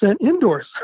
indoors